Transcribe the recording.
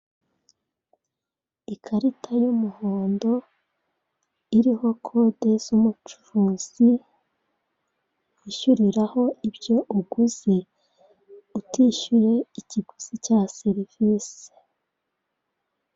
Ikarita y'umuhondo iriho kode z'umucuruzi yishyuriraho ibyo uguze utishyuye ikiguzi cya serivise